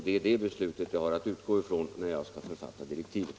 Det är detta beslut jag har att utgå ifrån när jag skall författa direktiven.